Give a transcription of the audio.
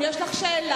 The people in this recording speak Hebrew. אם יש לך שאלה,